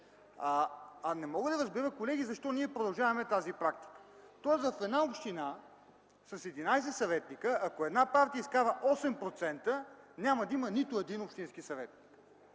Не мога да разбера, колеги, защо ние продължаваме тази практика. Тоест в една община с 11 съветника, ако една партия изкара 8%, няма да има нито един общински съветник.